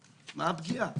הפגיעה?